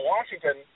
Washington